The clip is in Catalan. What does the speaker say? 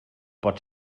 pot